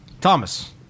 Thomas